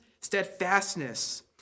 steadfastness